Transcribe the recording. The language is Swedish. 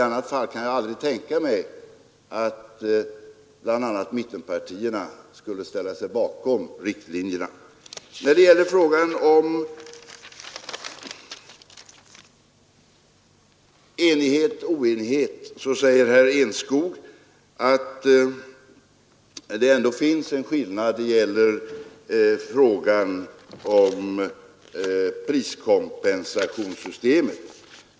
I annat fall kan jag aldrig tänka mig att bl.a. mittenpartierna skulle ställa sig bakom riktlinjerna. När det gäller enighet eller oenighet säger herr Enskog att det ändå finns en skillnad beträffande priskompensationssystemet.